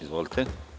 Izvolite.